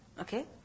Okay